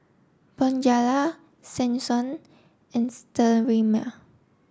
Bonjela Selsun and Sterimar